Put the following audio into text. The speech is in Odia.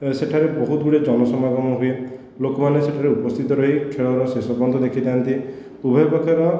ସେଠାରେ ବହୁତ ଗୁଡ଼ିଏ ଜନ ସମାଗମ ହୁଏ ଲୋକମାନେ ସେଠାରେ ଉପସ୍ଥିତ ରହି ଖେଳର ଶେଷ ପର୍ଯ୍ୟନ୍ତ ଦେଖିଥାନ୍ତି ଉଭୟ ପକ୍ଷର